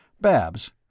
Babs